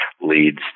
leads